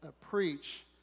preach